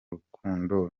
rukundo